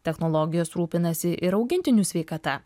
technologijos rūpinasi ir augintinių sveikata